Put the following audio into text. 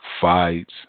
Fights